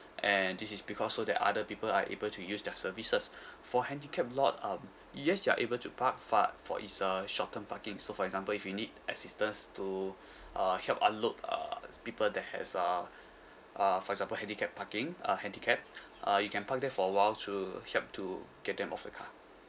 and this is because so that other people are able to use their services for handicap lot um yes you are able to park for for it's a short term parking so for example if you need assistance to uh help unload uh people that has uh uh for example handicap parking a handicap uh you can park there for a while to help to get them off the car